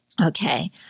okay